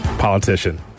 politician